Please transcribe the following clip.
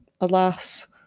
alas